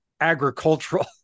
agricultural